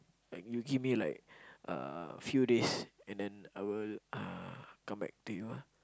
like you give me like uh a few days and then I will uh come back to you ah